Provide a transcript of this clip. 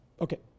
okay